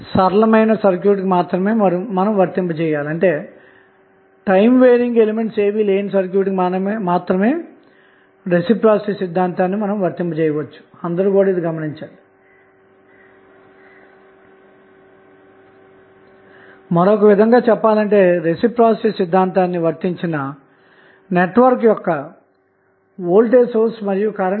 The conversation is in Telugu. ఇప్పుడు ఈ స్థితిలో మనం స్ధిరీకరించిన చేసిన విలువ నిజంగానే గరిష్టంగా ఉందా లేదా అన్నది తెలుసుకోవాలి అందుకోసం మనం చేయవలసింది ఏమిటంటే పవర్ విలువ ను RL కు అనుగుణంగా రెండు సార్లు డిఫరెన్షియేట్ చేసి దీని విలువను '0' కన్నా తక్కువ అని రుజువు చేద్దాము